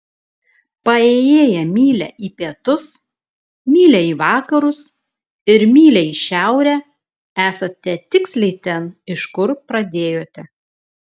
paėjėję mylią į pietus mylią į vakarus ir mylią į šiaurę esate tiksliai ten iš kur pradėjote